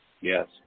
Yes